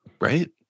Right